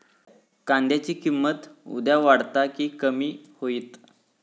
कांद्याची किंमत उद्या वाढात की कमी होईत?